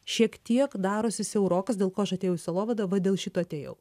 šiek tiek darosi siaurokas dėl ko aš atėjau į sielovadą va dėl šito atėjau